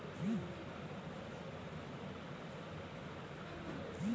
রবাট গাহাচের হইলদ্যা অথবা ছাদা রংয়ের তরুখির উয়ার চামের লিচে তরুখির বাহিকাতে জ্যমা হ্যয়